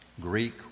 Greek